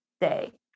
day